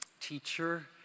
teacher